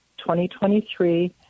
2023